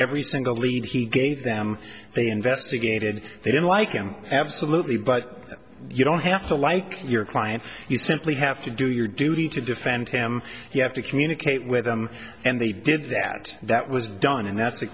every single lead he gave them they investigated they didn't like him absolutely but you don't have to like your client you simply have to do your duty to defend him you have to communicate with them and they did that that was done and that's